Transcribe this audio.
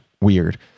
weird